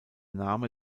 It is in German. name